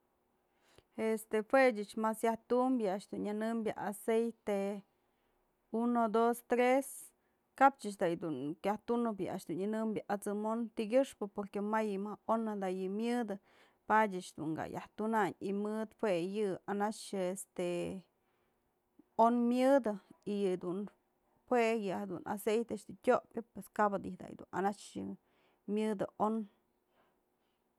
Este jue ¨]ech mas yaj tumbyë yë aceite uno dos tres, kap ëch da nuk yajtunëp ye a'ax dun nyënëmbyë at'sëm on, tykyëxpë porque may mëjk on da yë myëdë padyë ëch dun ka yaj tunanyë y mëd jue yë anaxë este on myëdë y yë dun jue, yë dun aceite a'ax dun tyopyë pues kap di da yë dun anaxë myëdë on.